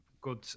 good